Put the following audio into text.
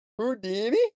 Houdini